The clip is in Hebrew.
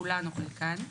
כולן או חלקן,